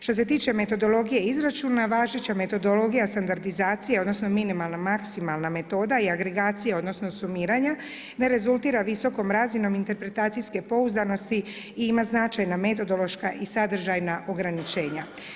Što se tiče metodologije izračuna, važeća metodologija standardizacije odnosno minimalna-maksimalna metoda i agregacija odnosno sumiranja ne rezultira visokom razinom interpretacijske pouzdanosti i ima značajna metodološka i sadržajna ograničenja.